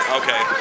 okay